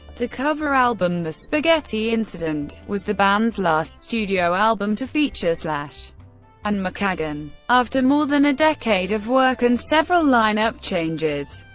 the cover album the spaghetti incident? was the band's last studio album to feature slash and mckagan. after more than a decade of work and several lineup changes,